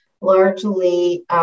largely